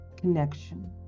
connection